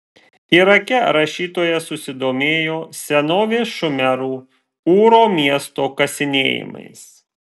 irake rašytoja susidomėjo senovės šumerų ūro miesto kasinėjimais